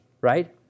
right